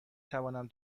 توانم